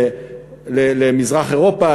למזרח-אירופה,